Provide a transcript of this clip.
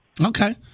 Okay